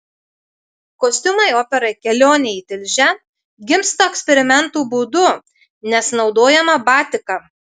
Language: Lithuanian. kostiumai operai kelionė į tilžę gimsta eksperimentų būdu nes naudojama batika